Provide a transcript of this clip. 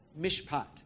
mishpat